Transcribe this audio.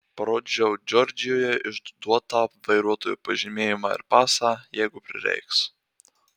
parodžiau džordžijoje išduotą vairuotojo pažymėjimą ir pasą jeigu prireiks